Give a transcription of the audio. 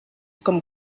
com